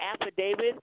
affidavit